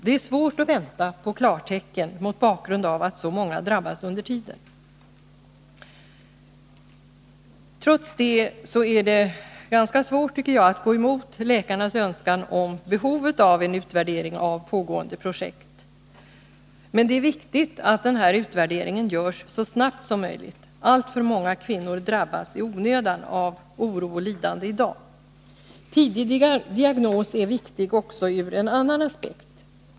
Det är svårt att vänta på klartecken, mot bakgrund av att så många drabbas under tiden. Trots detta är det svårt att gå emot läkarnas önskan om behovet av en utvärdering av pågående projekt. Men det är också viktigt att utvärderingen görs så snart som möjligt. Alltför många kvinnor drabbas i onödan av oro och lidande i dag. Tidig diagnos är viktig också ur en annan aspekt.